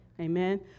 Amen